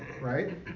right